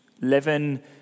living